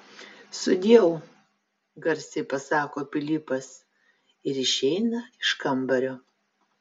sudieu garsiai pasako pilypas ir išeina iš kambario